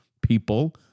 people